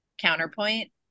counterpoint